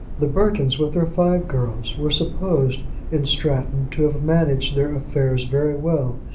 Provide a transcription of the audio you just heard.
the burtons, with their five girls, were supposed in stratton to have managed their affairs very well,